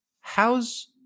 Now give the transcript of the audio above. how's